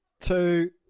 Two